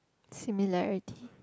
similarity